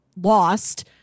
lost